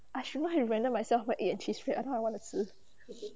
I shouldn't have to reminded myself about egg and cheese wrap now I want to 吃